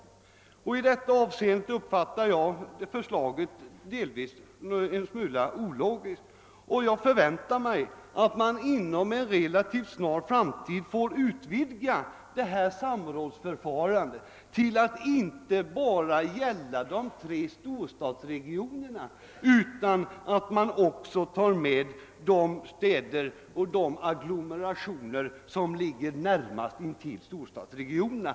Jag uppfattar förslaget i detta avseende såsom en smula ologiskt, och jag förväntar mig att man inom en relativt snar framtid får utvidga samrådsförfarandet till att inte bara gälla de tre storstadsregionerna utan också de städer och befolkningsagglomerationer, som ligger närmast intill storstadsregionerna.